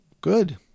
Good